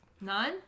None